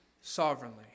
sovereignly